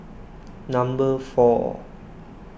number four